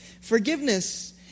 Forgiveness